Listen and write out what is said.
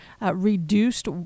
reduced